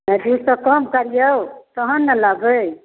दुइसँ कम करिऔ तहन ने लेबै